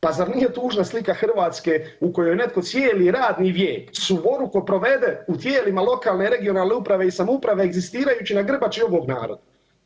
Pa zar nije tužna slika Hrvatske u kojoj netko cijeli radni vijek suvoruko provede u tijelima lokalne, regionalna uprave i samouprave egzistirajući na grbači ovog naroda?